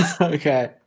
okay